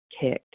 kicked